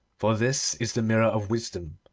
for this is the mirror of wisdom.